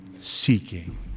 seeking